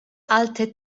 alte